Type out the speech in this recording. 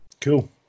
Cool